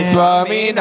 Swami